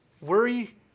worry